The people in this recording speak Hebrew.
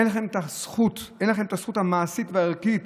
אין לכם את הזכות המעשית והערכית,